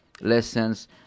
lessons